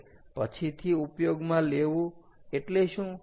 હવે પછીથી ઉપયોગમાં લેવું એટલે શું